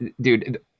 Dude